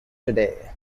today